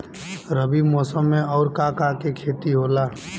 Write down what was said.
रबी मौसम में आऊर का का के खेती होला?